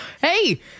Hey